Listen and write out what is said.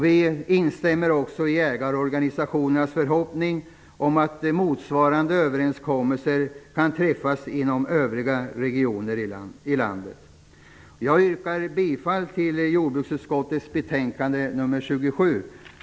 Vi instämmer också i jägarorganisationernas förhoppning om att motsvarande överenskommelser kan träffas inom övriga regioner i landet. Jag yrkar bifall till hemställan i jordbruksutskottets betänkande nr 27.